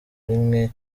rimwe